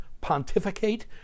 pontificate